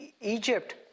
Egypt